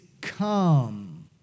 come